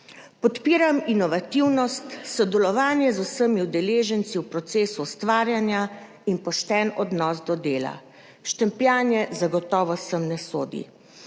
Podpiram inovativnost, sodelovanje z vsemi udeleženci v procesu ustvarjanja in pošten odnos do dela. Štempljanje zagotovo sem ne sodi.